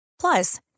Plus